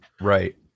Right